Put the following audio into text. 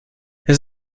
his